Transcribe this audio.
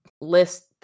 list